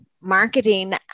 marketing